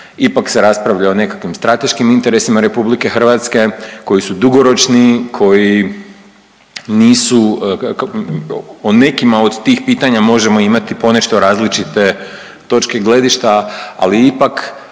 Ipak se raspravlja o nekakvim strateškim interesima Republike Hrvatske koji su dugoročni, koji nisu o nekima od tih pitanja možemo imati ponešto različite točke gledišta ali ipak